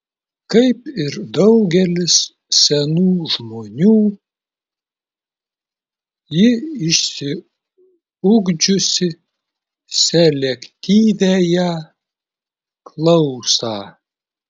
kaip ir daugelis senų žmonių ji išsiugdžiusi selektyviąją klausą